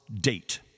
date